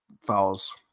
fouls